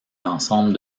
l’ensemble